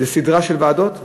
יש סדרה של ועדות,